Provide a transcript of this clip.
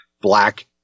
black